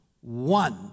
one